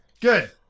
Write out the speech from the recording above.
Good